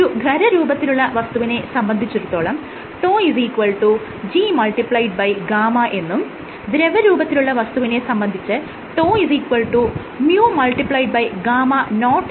ഒരു ഖരരൂപത്തിലുള്ള വസ്തുവിനെ സംബന്ധിച്ചിടത്തോളം τ Gγ എന്നും ദ്രവരൂപത്തിലുള്ള വസ്തുവിനെ സംബന്ധിച്ച് τ µγ